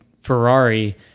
Ferrari